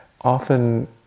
often